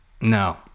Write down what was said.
No